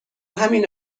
همین